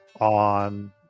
on